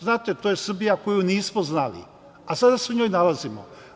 Znate, to je Srbija koju nismo znali, a sada se u njoj nalazimo.